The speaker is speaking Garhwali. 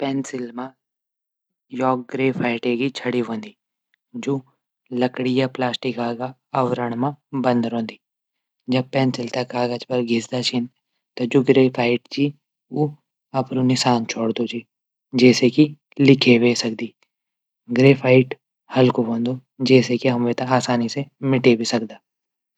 पेंसिल मा लाग गेर्फाइट की छडी हूंदी ।जू लकडी या प्लास्टिक आवारण मा बंद रौंदी जब पेंसिल थै कागज पर घिसदा छन जू गेर्फाइट च ऊ अपडू निशान छुडदू। जैसे की लिखै ह्वे सकदी। गेर्फाइट हल्कू हूंदू। जैसे की हम वेथे आसानी से मिटे भी सकदा।